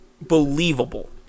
believable